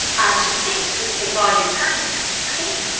i should think twould take all your time to keep clean.